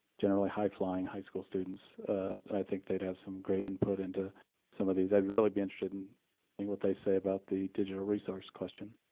generally high-flying high school students but i think they'd have some great input into some of these. i'd really be interested in what they say about the digital resource question,